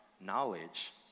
knowledge